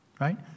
Right